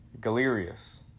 Galerius